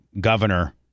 governor